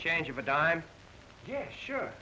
change of a dime yes sure